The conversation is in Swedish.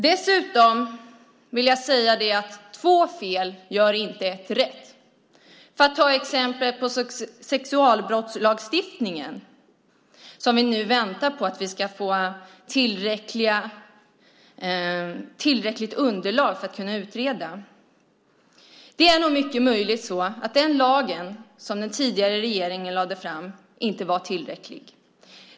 Dessutom vill jag säga att två fel inte gör ett rätt. För att som exempel ta sexualbrottslagstiftningen, som vi nu väntar på att vi ska få ett tillräckligt underlag för att kunna utreda, är det mycket möjligt att den lag som den tidigare regeringen lade fram förslag om inte var tillräcklig.